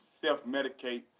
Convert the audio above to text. self-medicate